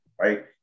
right